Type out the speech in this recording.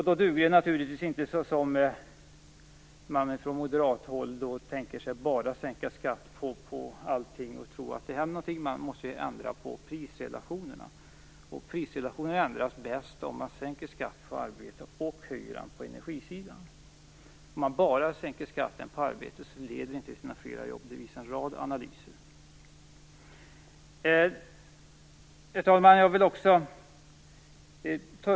Då duger det naturligtvis inte, som Moderaterna tänker sig, att bara sänka skatten på allting och tro att det händer något. Man måste ju ändra på prisrelationerna. Prisrelationerna ändras bäst om man sänker skatten på arbete och höjer den på energisidan. Att bara sänka skatten på arbete leder inte till fler jobb. Det visar en rad analyser. Herr talman!